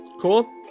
Cool